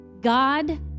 God